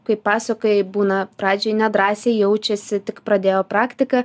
kaip pasakojai būna pradžioj nedrąsiai jaučiasi tik pradėjo praktiką